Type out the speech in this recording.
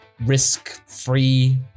risk-free